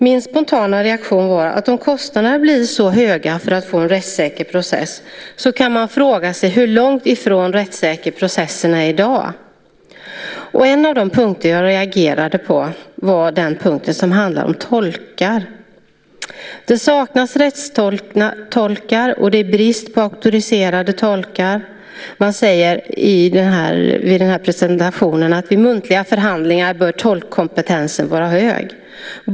Min spontana reaktion var att om kostnaderna blir så höga för att få en rättssäker process kan man fråga sig hur långt ifrån rättssäkra processerna är i dag. En av de punkter som jag reagerade på var den som handlade om tolkar. Det saknas rättstolkar, och det är brist på auktoriserade tolkar. Man sade vid presentationen att vid muntliga förhandlingar bör tolkkomptensen vara hög.